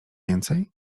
więcej